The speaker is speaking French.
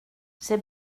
c’est